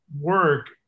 work